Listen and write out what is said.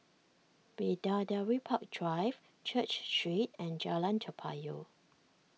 Bidadari Park Drive Church Street and Jalan Toa Payoh